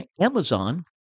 Amazon